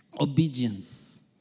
Obedience